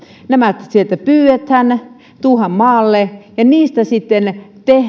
nämä sieltä pyydetään tuodaan maalle ja niistä sitten